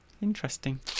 Interesting